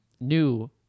new